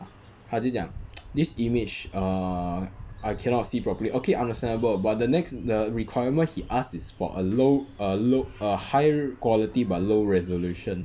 他就讲 pop this image err I cannot see properly okay understandable but the next the requirement he ask is for a low a low a high quality but low resolution